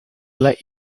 let